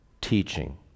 Teaching